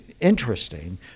interesting